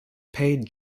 paid